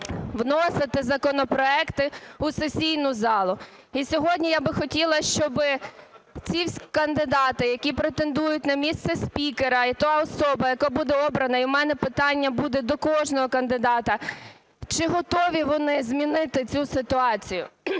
вносити законопроекти в сесійну залу. І сьогодні я хотіла би, щоби ці кандидати, які претендують на місце спікера і та особа, яка буде обрана, і в мене питання буде до кожного кандидата: чи готові вони змінити цю ситуацію?